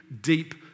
deep